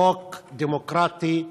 חוק דמוקרטי נאור,